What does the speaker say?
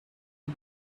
the